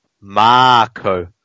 Marco